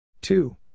Two